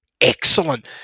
excellent